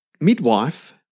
midwife